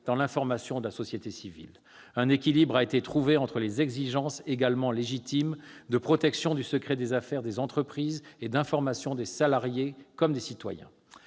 dans l'information de la société civile. Un équilibre a été trouvé entre les exigences également légitimes de protection du secret des affaires des entreprises et d'information tant des salariés que des citoyens.